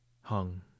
hung